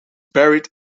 buried